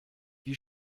wie